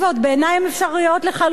שבעיני הן אפשריות לחלוטין,